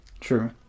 True